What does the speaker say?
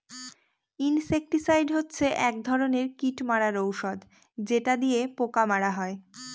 insecticide হচ্ছে এক ধরনের কীট মারার ঔষধ যেটা দিয়ে পোকা মারা হয়